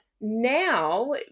now